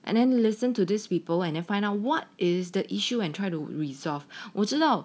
and then listen to these people and find out what is the issue and try to resolve 我知道